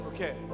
Okay